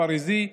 הפרִזי,